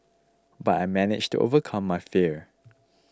but I managed to overcome my fear